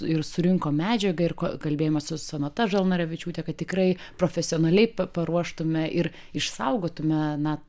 ir surinko medžiagą ir kalbėjomės su sonata žalneravičiūte kad tikrai profesionaliai paruoštume ir išsaugotumėme na